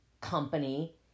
company